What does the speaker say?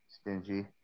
stingy